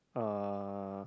uh